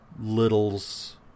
little's